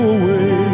away